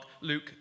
Luke